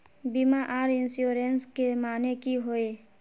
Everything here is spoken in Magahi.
बीमा आर इंश्योरेंस के माने की होय?